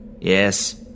Yes